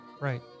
Right